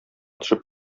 төшеп